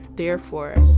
therefore,